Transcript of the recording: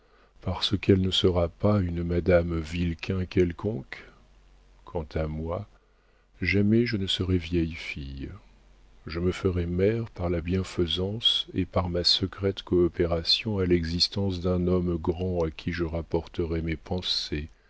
parce qu'elle ne sera pas une madame vilquin quelconque quant à moi jamais je ne serai vieille fille je me ferai mère par la bienfaisance et par ma secrète coopération à l'existence d'un homme grand à qui je rapporterai mes pensées